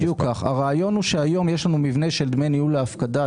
היום יש לנו מבנה של דמי ניהול להפקדה,